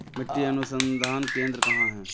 मिट्टी अनुसंधान केंद्र कहाँ है?